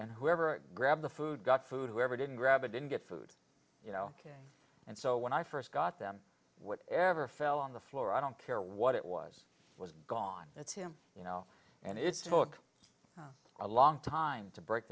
and whoever grabbed the food got food whoever didn't grab it didn't get food you know and so when i first got them what ever fell on the floor i don't care what it was was gone that's him you know and it's a book a long time to break